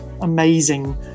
amazing